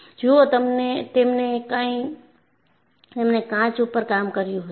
જુઓ તો તેમને કાચ ઉપર કામ કર્યું હતું